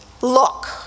look